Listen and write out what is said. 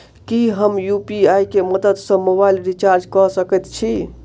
की हम यु.पी.आई केँ मदद सँ मोबाइल रीचार्ज कऽ सकैत छी?